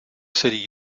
city